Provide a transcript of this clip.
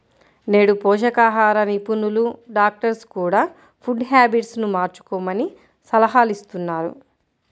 నేడు పోషకాహార నిపుణులు, డాక్టర్స్ కూడ ఫుడ్ హ్యాబిట్స్ ను మార్చుకోమని సలహాలిస్తున్నారు